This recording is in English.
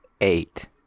eight